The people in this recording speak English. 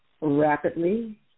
rapidly